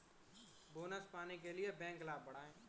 bonus पाने के लिए बैंक लाभ बढ़ाएं